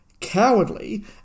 cowardly